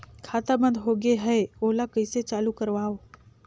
खाता बन्द होगे है ओला कइसे चालू करवाओ?